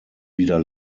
wieder